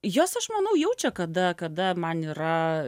jos aš manau jaučia kada kada man yra